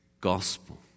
gospel